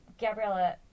Gabriella